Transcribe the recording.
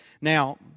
Now